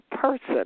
person